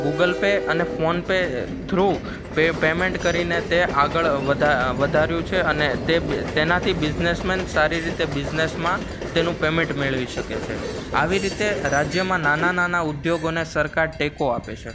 Google Pay અને PhonePe through payment કરીને તે આગળ વધાર્યું છે અને તે તેનાથી બિઝનેસમેન સારી રીતે બિઝનેસમાં તેનું પેમેન્ટ મેળવી શકે છે આવી રીતે રાજ્યમાં નાના નાના ઉદ્યોગોને સરકાર ટેકો આપે છે